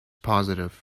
positive